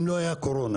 אם לא הייתה קורונה,